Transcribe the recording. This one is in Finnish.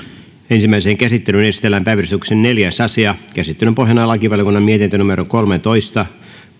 ensimmäiseen käsittelyyn esitellään päiväjärjestyksen neljäs asia käsittelyn pohjana on lakivaliokunnan mietintö kolmetoista